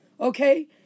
Okay